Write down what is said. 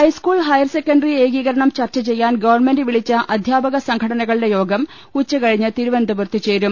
high school higher secondary ഏകീകരണം ചർച്ച ചെയ്യാൻ ഗവിവിളിച്ച അധ്യാപക സംഘടനകളുടെ യോഗം ഉച്ചകഴിഞ്ഞ് തിരുവനന്തപുരത്ത് ചേരും